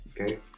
okay